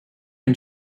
and